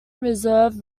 reserve